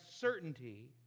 certainty